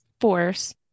force